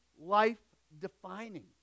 life-defining